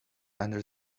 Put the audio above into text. under